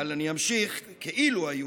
אבל אני אמשיך כאילו היו,